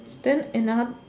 then another